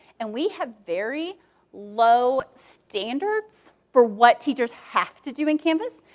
and we have very low standards for what teachers have to do in canvas.